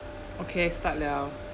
okay start liao